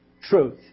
truth